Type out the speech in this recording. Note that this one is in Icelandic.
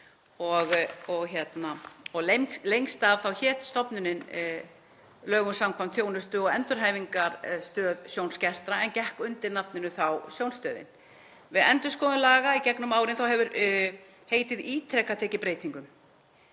Lengst af hét stofnunin lögum samkvæmt Þjónustu- og endurhæfingarstöð sjónskertra en gekk undir nafninu Sjónstöðin. Við endurskoðun laga í gegnum árin hefur heitið ítrekað tekið breytingum